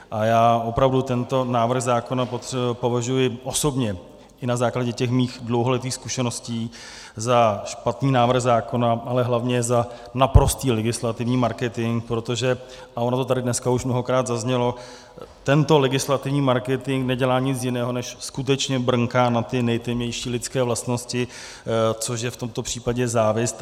A já opravdu tento návrh zákona považuji osobně i na základě těch svých dlouholetých zkušeností za špatný návrh zákona, ale hlavně za naprostý legislativní marketing, protože a ono to tady dneska už mnohokrát zaznělo tento legislativní marketing nedělá nic jiného, než skutečně brnká na ty nejtemnější lidské vlastnosti, což je v tomto případě závist.